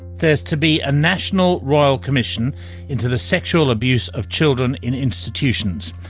there's to be a national royal commission into the sexual abuse of children in institutions.